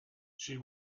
she